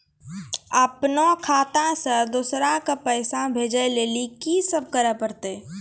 अपनो खाता से दूसरा के पैसा भेजै लेली की सब करे परतै?